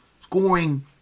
scoring